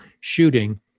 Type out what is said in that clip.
shooting